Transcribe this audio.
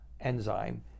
enzyme